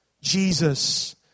Jesus